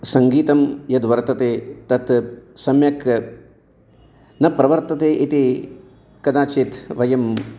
सङ्गीतं यद् वर्तते तद् सम्यक् न प्रवर्तते इति कदाचित् वयम्